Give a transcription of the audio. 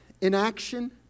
Inaction